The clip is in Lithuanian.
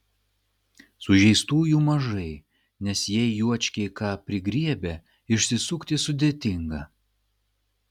sužeistųjų mažai nes jei juočkiai ką prigriebia išsisukti sudėtinga